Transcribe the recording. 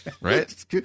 Right